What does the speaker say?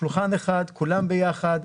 שולחן אחד, כולם ביחד.